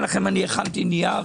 אתן לכם נייר הכנתי נייר,